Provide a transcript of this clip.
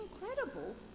incredible